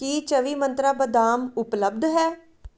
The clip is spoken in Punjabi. ਕੀ ਚੌਵੀ ਮੰਤਰਾਂ ਬਦਾਮ ਉਪਲਬਧ ਹੈ